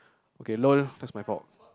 okay lol that's my fault